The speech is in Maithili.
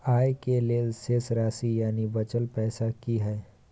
आय के लेल शेष राशि यानि बचल पैसा की हय?